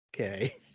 Okay